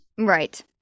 right